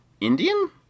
Indian